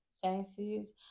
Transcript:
sciences